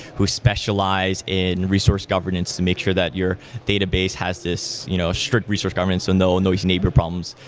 who specialize in resource governance make sure that your database has this you know strict resource governance and no noisy neighbor problems.